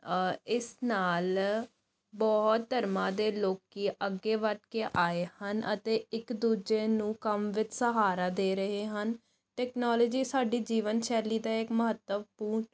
ਇਸ ਨਾਲ ਬਹੁਤ ਧਰਮਾਂ ਦੇ ਲੋਕ ਅੱਗੇ ਵਧ ਕੇ ਆਏ ਹਨ ਅਤੇ ਇੱਕ ਦੂਜੇ ਨੂੰ ਕੰਮ ਵਿੱਚ ਸਹਾਰਾ ਦੇ ਰਹੇ ਹਨ ਟੈਕਨੋਲੋਜੀ ਸਾਡੀ ਜੀਵਨ ਸ਼ੈਲੀ ਦਾ ਇਕ ਮਹੱਤਵਪੂਰਨ